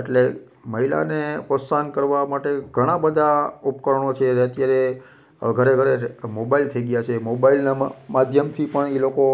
એટલે મહિલાને પ્રોત્સાહન કરવા માટે ઘણાં બધા ઉપકરણો છે એ અત્યારે ઘરે ઘરે મોબાઈલ થઈ ગયા છે મોબાઈલનાં માધ્યમથી પણ એ લોકો